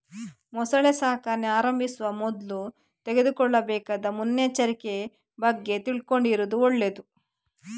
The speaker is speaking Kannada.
ಮೊಸಳೆ ಸಾಕಣೆ ಆರಂಭಿಸುವ ಮೊದ್ಲು ತೆಗೆದುಕೊಳ್ಳಬೇಕಾದ ಮುನ್ನೆಚ್ಚರಿಕೆ ಬಗ್ಗೆ ತಿಳ್ಕೊಂಡಿರುದು ಒಳ್ಳೇದು